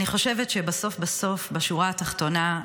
אני חושבת שבסוף בסוף, בשורה התחתונה,